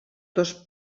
dos